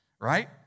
Right